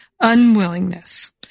unwillingness